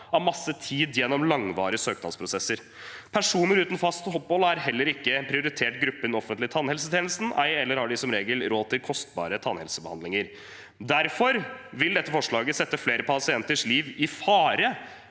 av masse tid gjennom langvarige søknadsprosesser. Personer uten fast opphold er heller ikke en prioritert gruppe i den offentlige tannhelsetjenesten, ei heller har de som regel råd til kostbare tannhelsebehandlinger. Derfor vil dette forslaget sette flere pasienters liv i fare,